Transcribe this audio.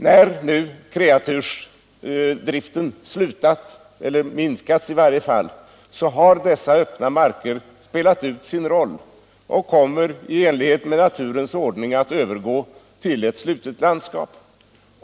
När nu kreatursdriften har minskat har dessa öppna marker spelat ut sin roll och kommer i enlighet med naturens ordning att övergå till ett slutet landskap.